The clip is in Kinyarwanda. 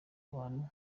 abantu